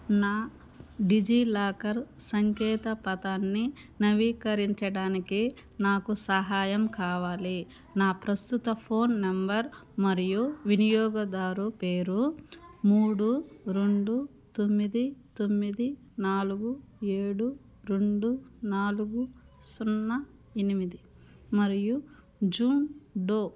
నా డిజిలాకర్ సంకేతపదాన్ని నవీకరించడానికి నాకు సహాయం కావాలి నా ప్రస్తుత ఫోన్ నంబర్ మరియు వినియోగదారు పేరు మూడు రెండు తొమ్మిది తొమ్మిది నాలుగు ఏడు రెండు నాలుగు సున్నా ఎనిమిది మరియు జూన్ డో